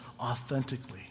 authentically